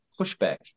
pushback